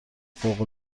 فوق